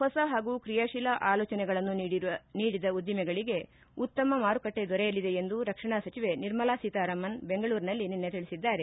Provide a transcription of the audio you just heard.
ಹೊಸ ಹಾಗೂ ಕ್ರಿಯಾಶೀಲಾ ಆಲೋಚನೆಗಳನ್ನು ನೀಡಿದ ಉದ್ದಿಮೆಗಳಿಗೆ ಉತ್ತಮ ಮಾರುಕಟ್ಟೆ ದೊರೆಯಲಿದೆ ಎಂದು ರಕ್ಷಣಾ ಸಚಿವೆ ನಿರ್ಮಲಾ ಸೀತಾರಾಮನ್ ಬೆಂಗಳೂರಿನಲ್ಲಿ ನಿನ್ನೆ ತಿಳಿಸಿದ್ದಾರೆ